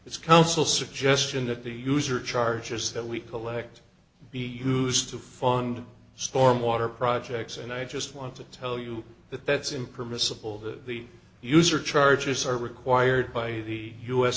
this council suggestion that the user charges that we collect be used to fund storm water projects and i just want to tell you that that's impermissible the user charges are required by the u